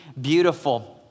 beautiful